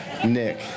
Nick